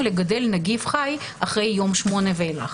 לגדל נגיף חי אחרי היום השמיני ואילך.